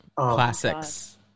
classics